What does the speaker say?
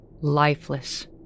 lifeless